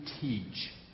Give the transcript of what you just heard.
teach